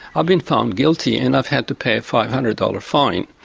i've been found guilty and i've had to pay a five hundred dollars fine.